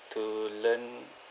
to learn